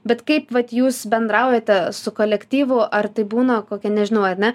bet kaip vat jūs bendraujate su kolektyvu ar tai būna kokia nežinau ane